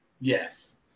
Yes